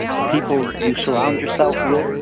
the people you surround yourself with.